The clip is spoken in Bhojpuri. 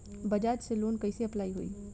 बज़ाज़ से लोन कइसे अप्लाई होई?